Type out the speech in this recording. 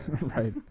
Right